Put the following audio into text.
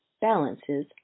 balances